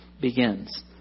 begins